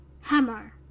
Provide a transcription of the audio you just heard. hammer